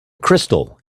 crystal